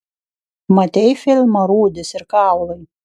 matei filmą rūdys ir kaulai